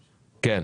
כן.